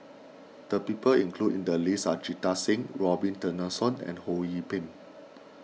the people included in the list are Jita Singh Robin Tessensohn and Ho Yee Ping